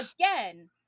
Again